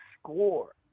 score